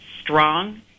strong